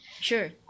Sure